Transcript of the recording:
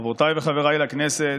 חברותיי וחבריי לכנסת,